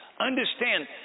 understand